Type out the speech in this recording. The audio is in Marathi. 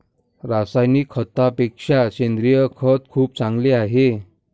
रासायनिक खतापेक्षा सेंद्रिय खत खूप चांगले आहे